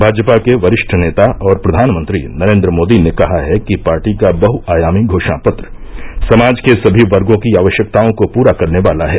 भाजपा के वरिष्ठ नेता और प्रधानमंत्री नरेन्द्र मोदी ने कहा है कि पार्टी का बहुआयामी घोषणापत्र समाज के सभी वर्गो की आवश्यकताओं को पूरा करने वाला है